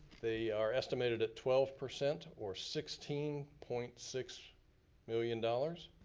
they are estimated at twelve percent or sixteen point six million dollars